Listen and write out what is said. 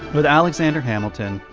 with alexander hamilton,